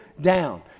down